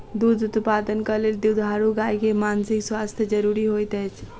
दूध उत्पादनक लेल दुधारू गाय के मानसिक स्वास्थ्य ज़रूरी होइत अछि